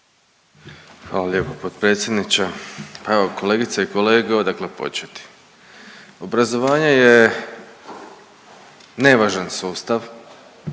Hvala lijepo potpredsjedniče. Pa evo kolegice i kolege odakle početi. Obrazovanje je nevažan sustav